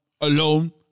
Alone